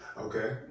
Okay